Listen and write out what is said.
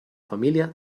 familiar